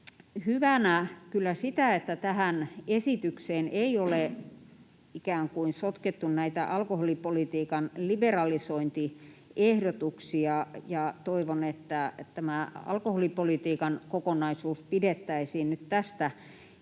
hyvänä kyllä sitä, että tähän esitykseen ei ole ikään kuin sotkettu näitä alkoholipolitiikan liberalisointiehdotuksia, ja toivon, että tämä alkoholipolitiikan kokonaisuus pidettäisiin nyt tästä erillisenä,